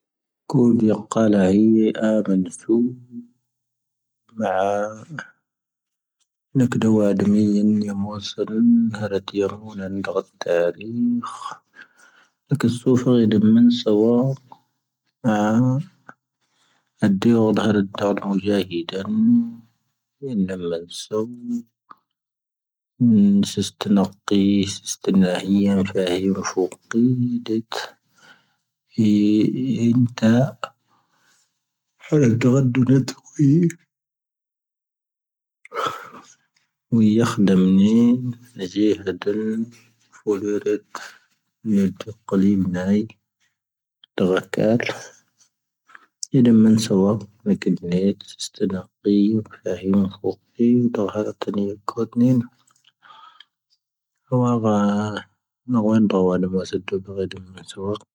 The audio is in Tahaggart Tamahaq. ⴽⵓ ⴷⵓⴽⴰ ⵍⴰⵀⵉⵏ ⴰⵎⴰⵏ ⵙⵓ ⵎⴰ ⴰⴰⴽ ⵏⵓⴽ ⴷⴰⵡⴰ ⴷⵓⵢⵢⵉⵏ ⵏⵉⵎoⵡⴰⵙⵙⴰⵔⵓⵏ ⵣⴰⵀⴰⵔⴰⵜ ⵢⴻⵔⵎⵓⵏⴰⵏ ⵏⴰⴽⴰⵙⵙⵓⴼⴰⵔⵜ ⵎⵉⵏ ⵙⴰⵡⴰⴽ ⴰⵜⵜⴻⵔⵉ ⵎⵓⵊⴰⵀⵉⴷⴰⵏ ⵡⴰⴻⵏⴷⴰ ⵎⴰⵏⵙⵓⵔ ⵙⵉⵙⵜⴰ ⵏⴰⵇⵇⴻⵏ ⵙⵙⵜⴰ ⵏⴰⵀⵉⵢⵢⴻ ⵀⵉⵏⵜⴰ ⵏⴰⵜⴰⴳⴰⴷ ⴷⵓⵏⴰⵜ ⵡⵓ ⵢⴰⴽⵀⴷⴰⵎ ⵏⵉⴻⵏ ⵏⴰⵊⵉ ⵀⴰⵜⵜⴰⵏ ⴼⵓⵣⴰⵔⴻⵜ ⵏⵉⵢⴻ ⴷⵓⴽⴽⵓⵍⵉⵎ ⵏⴰⵉⵢⵉ ⵜⴰⴳⴰⵜⵜⴰⵍ ⵉⴷⵉⵎ ⵎⵉⵏ ⵙⴰⵡⴰⵜ ⵙⵉⵙⵜⴰ ⵏⴰⵇⵇⴻⵎ ⴼⴰⵡⴰⴳⵀⴰ ⵏⴰⵡⵉⵏⵜⴰ ⵡⴰⵏⴰⵎ